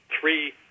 three